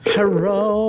Hello